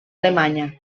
alemanya